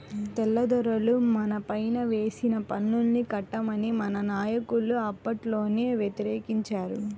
తెల్లదొరలు మనపైన వేసిన పన్నుల్ని కట్టమని మన నాయకులు అప్పట్లోనే వ్యతిరేకించారు